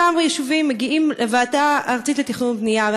אותם יישובים מגיעים לוועדה הארצית לתכנון ובנייה.